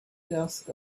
desk